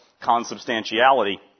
consubstantiality